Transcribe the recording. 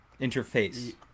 Interface